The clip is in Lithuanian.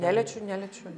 neliečiu neliečiu